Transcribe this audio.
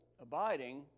abiding